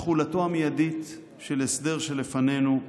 תחולתו המיידית של ההסדר שלפנינו,